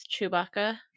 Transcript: Chewbacca